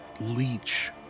leech